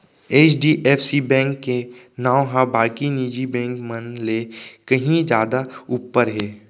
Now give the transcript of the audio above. HDFC bank के नांव ह बाकी निजी बेंक मन ले कहीं जादा ऊपर हे